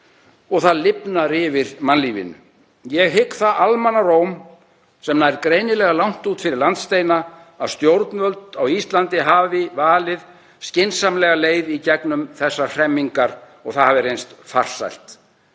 og það lifnar yfir mannlífinu. Ég hygg það almannaróm, sem nær greinilega langt út fyrir landsteinana, að stjórnvöld á Íslandi hafi valið skynsamlega leið í gegnum þessar hremmingar og það hafi reynst farsælt.